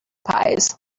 pies